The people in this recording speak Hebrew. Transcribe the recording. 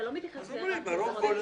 אתה לא מתייחס --- אי-אפשר